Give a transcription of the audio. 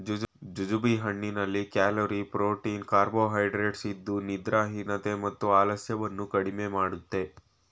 jujube ಹಣ್ಣಿನಲ್ಲಿ calorie, protein carbohydrates ಇದ್ದು ನಿದ್ರಾಹೀನತೆ ಮತ್ತು ಆಲಸ್ಯವನ್ನು ಕಡಿಮೆ ಮಾಡುತ್ತೆ